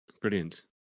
Brilliant